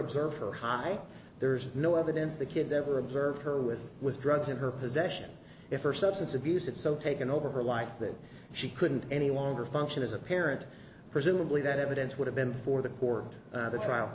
observed for high there's no evidence the kids ever observed her with with drugs in her possession if her substance abuse it's so taken over her life that she couldn't any longer function as a parent presumably that evidence would have been for the poor at the trial